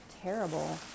terrible